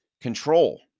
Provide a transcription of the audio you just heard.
control